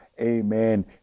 Amen